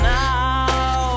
now